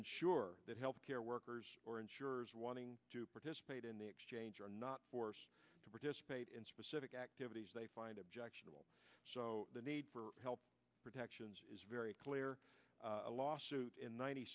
ensure that health care workers or insurers wanting to participate in the exchange are not forced to participate in specific activities they find objectionable so the need for health protections is very clear a lawsuit in ninety